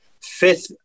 Fifth